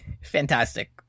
Fantastic